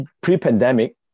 pre-pandemic